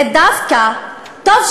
זה דווקא טוב,